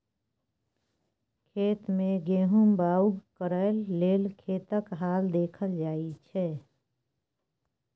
खेत मे गहुम बाउग करय लेल खेतक हाल देखल जाइ छै